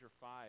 five